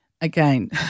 Again